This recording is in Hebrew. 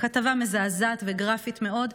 כתבה מזעזעת וגרפית מאוד,